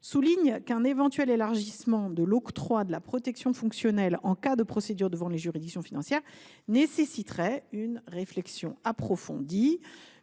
souligne qu’un éventuel élargissement de l’octroi de la protection fonctionnelle en cas de procédure devant les juridictions financières nécessiterait une réflexion approfondie,